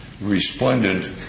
resplendent